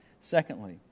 Secondly